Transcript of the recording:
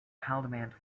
haldimand